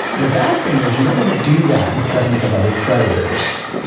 the bad thing is, you don't want to do that in the presence of other predators.